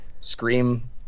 scream